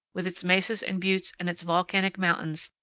with its mesas and buttes and its volcanic mountains,